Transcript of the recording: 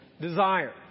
desire